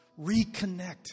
reconnect